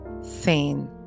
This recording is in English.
sane